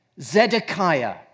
Zedekiah